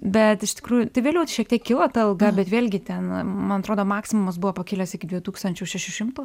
bet iš tikrųjų tai vėliau šiek tiek kilo ta alga bet vėlgi ten man atrodo maksimumas buvo pakilęs iki dviejų tūkstančių šešių šimtų